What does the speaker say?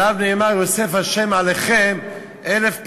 עליו נאמר: יוסף ה' עליכם אלף פעמים.